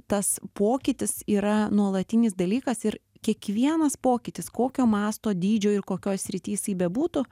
tas pokytis yra nuolatinis dalykas ir kiekvienas pokytis kokio mąsto dydžio ir kokioj srity jisai bebūtų